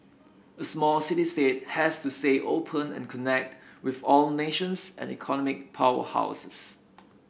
a small city state has to stay open and connect with all nations and economic powerhouses